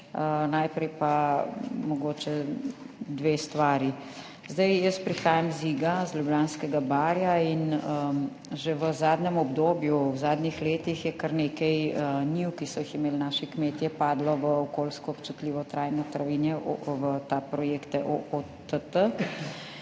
Najprej pa mogoče dve stvari. Jaz prihajam z Iga, z Ljubljanskega barja in v zadnjem obdobju, v zadnjih letih je kar nekaj njiv, ki so jih imeli naši kmetje, padlo v okoljsko občutljivo trajno travinje, v ta projekt OOTT,